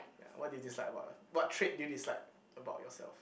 ya what do you dislike about your what trait do you dislike about yourself